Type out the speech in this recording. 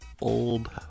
Old